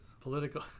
Political